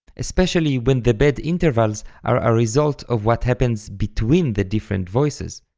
especially when the bad intervals are a result of what happens between the different voices,